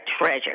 treasure